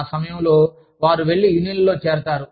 ఆ సమయంలో వారు వెళ్లి యూనియన్లలో చేరుతారు